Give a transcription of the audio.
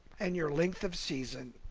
and your length of season.